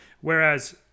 Whereas